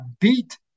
beat